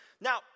Now